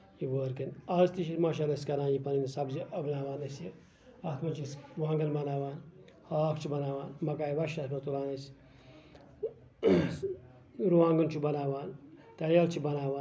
یہِ وٲر کَرٕنۍ آز تہِ چھِ ماشاہ اللہ کران أسۍ یہِ پَنٕنۍ سَبزی اُگناوان أسۍ یہِ اَتھ منٛز چھِ أسۍ وانگن بَناوان ہاکھ چھِ بَناوان مکایہِ وَچہِ چھِ اَتھ منٛز تُلان أسۍ رُوانگن چھِ بَناوان تریلہٕ چھِ بَناوان